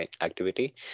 activity